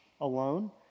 alone